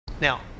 Now